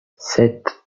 sept